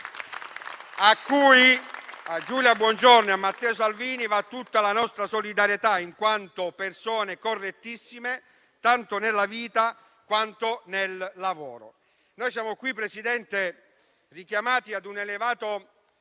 di Giulia Bongiorno e di Matteo Salvini, ai quali va tutta la nostra solidarietà, in quanto persone correttissime, tanto nella vita quanto nel lavoro. Noi siamo qui, Presidente, richiamati a un elevato